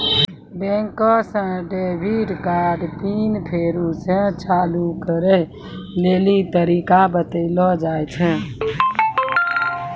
बैंके से debit card PIN फेरु से चालू करै लेली तरीका बतैलो जाय छै